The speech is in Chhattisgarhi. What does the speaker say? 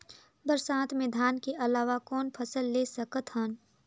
बरसात मे धान के अलावा कौन फसल ले सकत हन?